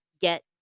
get